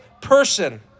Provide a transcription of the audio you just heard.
person